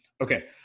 Okay